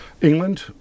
England